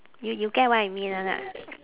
you you get what I mean or not